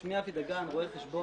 שמי אבי דגן, רואה חשבון.